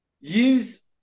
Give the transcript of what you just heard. Use